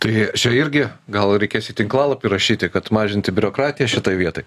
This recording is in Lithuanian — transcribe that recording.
tai čia irgi gal reikės į tinklalapį įrašyti kad mažinti biurokratiją šitoj vietoj